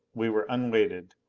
we were unweighted,